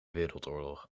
wereldoorlog